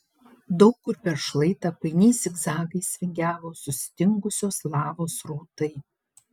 daug kur per šlaitą painiais zigzagais vingiavo sustingusios lavos srautai